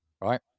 right